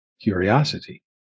curiosity